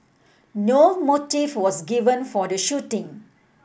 no motive was given for the shooting